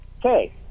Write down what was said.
Hey